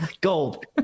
Gold